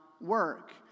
work